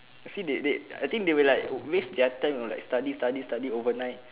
I see they they I think they will like waste their time you know like study study study overnight